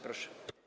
Proszę.